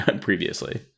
previously